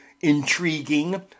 intriguing